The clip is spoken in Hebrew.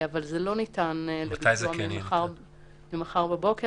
זה לא ניתן לביצוע ממחר בבוקר.